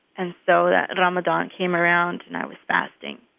and so that and ramadan came around and i was fasting.